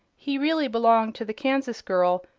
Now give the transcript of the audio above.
he really belonged to the kansas girl,